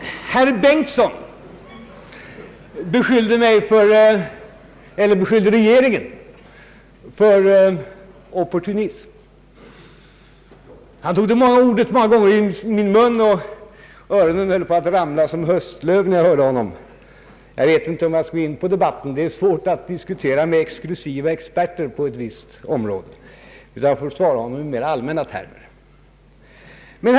Herr Bengtson beskyller regeringen för oppurtunism. Han tog det ordet många gånger i sin mun, och öronen höll på att ramla som höstlöv när jag hörde honom. Det är svårt att diskutera med exklusiva experter inom ett visst område, så jag får svara honom i mera allmänna termer.